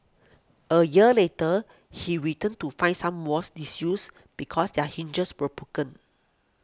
a year later he returned to find some walls disused because their hinges were broken